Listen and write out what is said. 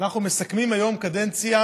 מסכמים היום קדנציה